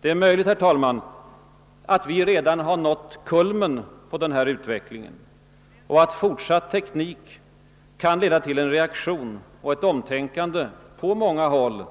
Det är möjligt, herr talman, att vi redan har nått kulmen på denna utveckling och att fortsatt teknik kan leda till en reaktion och ett omtänkande på många håll